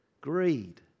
greed